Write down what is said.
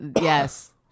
Yes